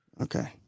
Okay